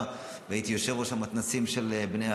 הייתי יושב-ראש המתנ"סים של בני הקהילה,